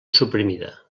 suprimida